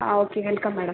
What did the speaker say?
ah okay welcome madam